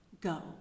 go